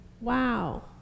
Wow